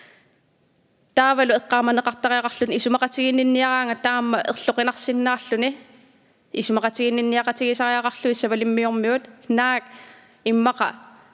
...